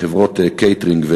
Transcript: מחברות קייטרינג,